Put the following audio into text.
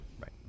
right